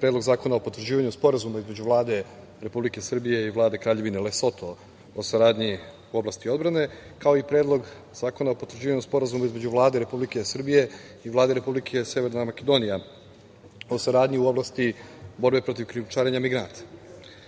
Predlog zakona o potvrđivanju Sporazuma između Vlade Republike Srbije i Vlade Kraljevine Lesoto o saradnji u oblasti odbrane, kao i Predlog zakona o potvrđivanju Sporazuma između Vlade Republike Srbije i Vlade Republike Severne Makedonije o saradnji u oblasti borbe protiv krijumčarenja migranata. Oba